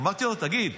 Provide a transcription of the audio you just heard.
אמרתי לו, תגיד,